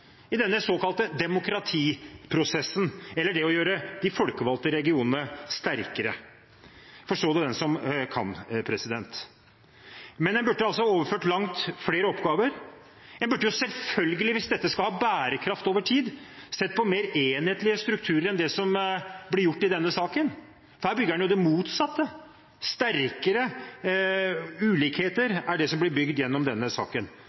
i denne såkalte demokratiprosessen – eller det å gjøre de folkevalgte regionene sterkere. Forstå det den som kan! En burde altså ha overført langt flere oppgaver. En burde selvfølgelig, hvis dette skal ha bærekraft over tid, sett på mer enhetlige strukturer enn det som ble gjort i denne saken. Her bygger en jo det motsatte – sterkere ulikheter er det som blir bygd gjennom denne saken.